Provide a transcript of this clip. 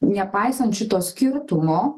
nepaisant šito skirtumo